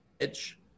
edge